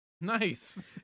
Nice